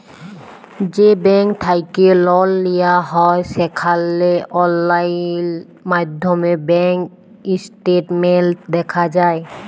যে ব্যাংক থ্যাইকে লল লিয়া হ্যয় সেখালে অললাইল মাইধ্যমে ব্যাংক ইস্টেটমেল্ট দ্যাখা যায়